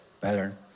Better